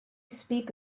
speak